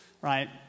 Right